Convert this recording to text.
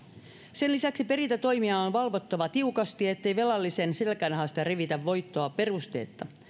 sen lisäksi perintätoimia on valvottava tiukasti ettei velallisen selkänahasta revitä voittoa perusteetta